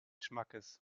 schmackes